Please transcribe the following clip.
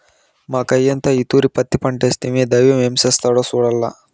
మాకయ్యంతా ఈ తూరి పత్తి పంటేస్తిమి, దైవం ఏం చేస్తాడో సూడాల్ల